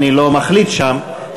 אני לא מחליט שם,